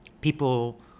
people